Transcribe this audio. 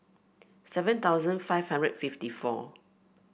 seven thousand five hundred fifty four